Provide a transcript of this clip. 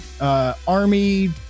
Army